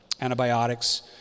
antibiotics